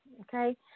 okay